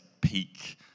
peak